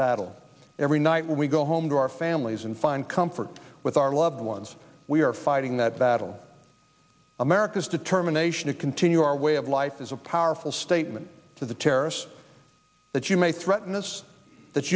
battle every night we go home to our families and find comfort with our loved ones we are fighting that battle america's determination to continue our way of life is a powerful statement to the terrorists that you may threaten us that